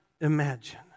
imagine